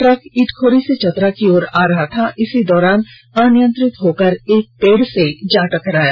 truck Itkhori से चतरा की ओर जा रहा था इसी दौरान अनियंत्रित होकर एक पेड से जा टकराया